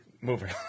Moving